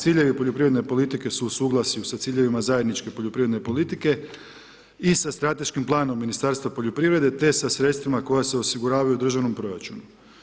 Ciljevi poljoprivredne politike su u suglasju sa ciljevima zajedničke poljoprivredne politike i sa Strateškim planom Ministarstva poljoprivrede te sa sredstvima koja se osiguravaju u Državnom proračunu.